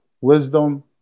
wisdom